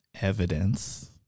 evidence